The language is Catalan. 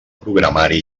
programari